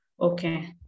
Okay